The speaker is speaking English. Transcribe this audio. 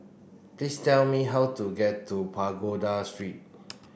please tell me how to get to Pagoda Street